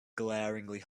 glaringly